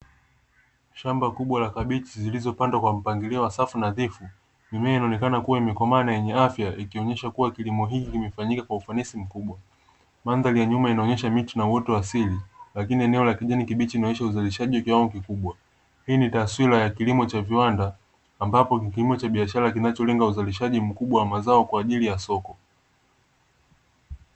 Shamba kubwa la kabichi zilizopandwa kwa mpangilio wa safu nadhifu, mimea inaonekana kuwa imekomaa yenye afya ikionyesha kuwa kilimo hiki kimefanyika kwa ufanisi mkubwa, mandhari ya nyuma inaonyesha miti na uoto asili. Lakini eneo la kijani kibichi maisha ya uzalishaji kiwango kikubwa hii ni taswira ya kilimo cha viwanda ambapo kipimo cha biashara kinacholenga uzalishaji mkubwa wa mazao kwa ajili ya soko.